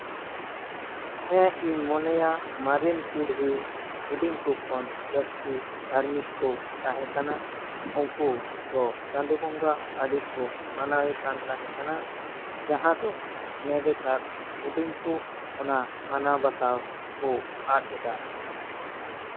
ᱦᱮᱸ ᱤᱧ ᱢᱚᱱᱮᱭᱟ ᱢᱟᱨᱮᱱ ᱯᱤᱲᱦᱤ ᱦᱩᱰᱤᱧ ᱠᱚ ᱠᱷᱚᱱ ᱟ ᱡᱟᱹᱥᱛᱤ ᱫᱟᱹᱢᱤ ᱠᱚ ᱛᱟᱦᱮᱸ ᱠᱟᱱᱟ ᱩᱱᱠᱩ ᱫᱚ ᱪᱟᱸᱫᱳ ᱵᱚᱸᱜᱟ ᱟᱹᱰᱤ ᱠᱚ ᱢᱟᱱᱟᱣ ᱮ ᱠᱟᱱ ᱛᱟᱦᱮᱸ ᱠᱟᱱᱟ ᱡᱟᱦᱟᱸ ᱫᱚ ᱱᱮᱵᱮᱛᱟᱨ ᱦᱩᱰᱤᱧ ᱠᱚ ᱢᱟᱱᱟᱣ ᱵᱟᱛᱟᱣ ᱠᱚ ᱟᱫ ᱮᱫᱟ